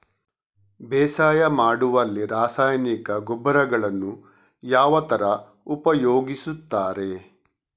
ಬೇಸಾಯ ಮಾಡುವಲ್ಲಿ ರಾಸಾಯನಿಕ ಗೊಬ್ಬರಗಳನ್ನು ಯಾವ ತರ ಉಪಯೋಗಿಸುತ್ತಾರೆ?